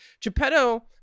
Geppetto